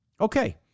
Okay